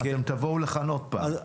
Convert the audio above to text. אתם תבואו לכאן עוד פעם.